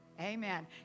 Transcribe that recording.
Amen